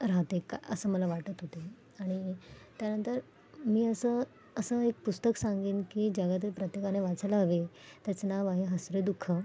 राहते का असं मला वाटत होतं आणि त्यानंतर मी असं असं एक पुस्तक सांगेन की जगातील प्रत्येकाने वाचायला हवे त्याचं नाव आहे हसरे दुःख